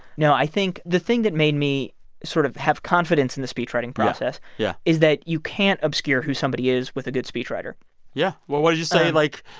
now, i think the thing that made me sort of have confidence in the speech writing process. yeah. yeah. is that you can't obscure who somebody is with a good speechwriter yeah, well what did you say? like,